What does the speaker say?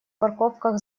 парковках